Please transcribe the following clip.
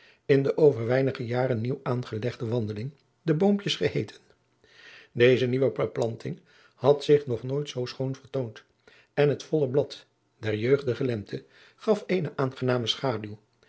in de over weinige jaren nieuw aangelegde wandeling de boompjes geheeten deze nieuwe beplanting had zich nog nooit zoo schoon vertoond en het volle blad der jeugdige lente gaf eene aangename schaduw